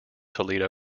toledo